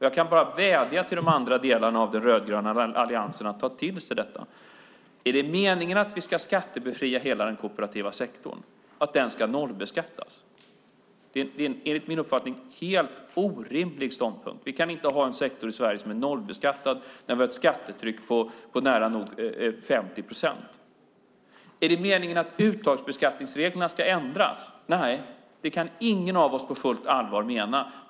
Jag kan bara vädja till de andra delarna av den rödgröna alliansen att ta till sig detta. Är det meningen att vi ska skattebefria hela den kooperativa sektorn och att den ska nollbeskattas? Enligt min uppfattning är det en helt orimlig ståndpunkt. Vi kan inte ha en sektor i Sverige som är nollbeskattad när vi har ett skattetryck på nära nog 50 procent. Är det meningen att uttagsbeskattningsreglerna ska ändras? Nej, det kan ingen av oss på fullt allvar mena.